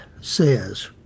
says